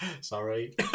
Sorry